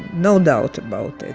no doubt about it,